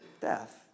death